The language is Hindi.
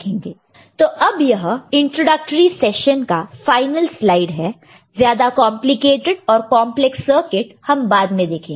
तो अब यह इंट्रोडक्टरी सेशन का फाइनल स्लाइड है ज्यादा कॉन्प्लिकेटेड और कॉन्प्लेक्स सर्किट हम बाद में देखेंगे